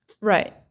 Right